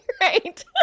right